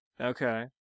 Okay